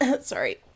Sorry